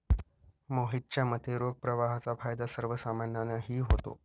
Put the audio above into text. मोहितच्या मते, रोख प्रवाहाचा फायदा सर्वसामान्यांनाही होतो